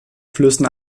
flüssen